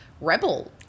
rebel